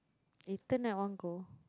eaten at one go